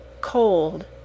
cold